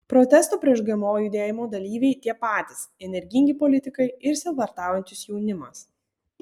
protesto prieš gmo judėjimo dalyviai tie patys energingi politikai ir sielvartaujantis jaunimas